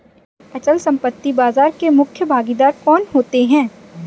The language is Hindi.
अचल संपत्ति बाजार के मुख्य भागीदार कौन होते हैं?